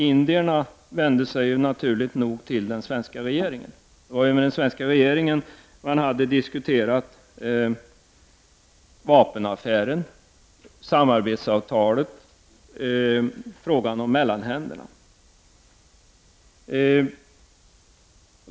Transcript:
Indierna vände sig naturligt nog till svenska regeringen. Det var ju med den svenska regeringen som man hade diskuterat vapenaffären, samarbetsavtalet och frågan om mellanhänderna.